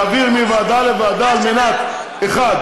להעביר מוועדה לוועדה, ביטן, בוא נעביר לכלכלה.